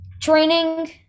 training